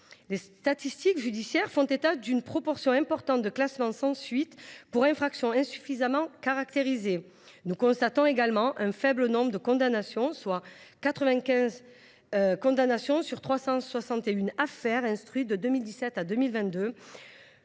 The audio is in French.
Les statistiques judiciaires font état d’une proportion importante de classements sans suite pour caractérisation insuffisante de l’infraction. Nous constatons également un faible nombre de condamnations, plus précisément 95 condamnations sur 361 affaires instruites de 2017 à 2022.